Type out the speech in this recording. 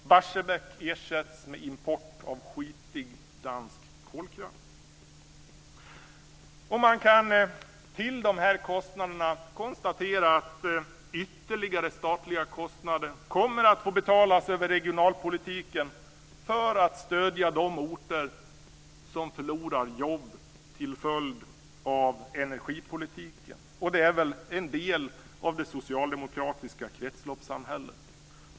Barsebäck ersätts med import av skitig dansk kolkraft. Man kan konstatera att ytterligare statliga kostnader, utöver dessa kostnader, kommer att få betalas över regionalpolitiken för att man ska kunna stödja de orter som förlorar jobb till följd av energipolitiken. Det är väl en del av det socialdemokratiska kretsloppssamhället.